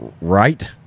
Right